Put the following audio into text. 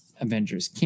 Avengers